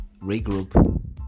regroup